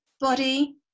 body